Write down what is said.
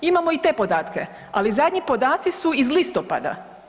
Imamo i te podatke, ali zadnji podaci su iz listopada.